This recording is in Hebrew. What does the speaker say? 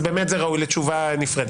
זה באמת ראוי לתשובה נפרדת.